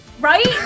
Right